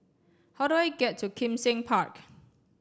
how do I get to Kim Seng Park